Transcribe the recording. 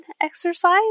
exercise